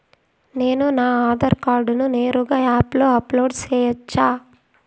నేను నా ఆధార్ కార్డును నేరుగా యాప్ లో అప్లోడ్ సేయొచ్చా?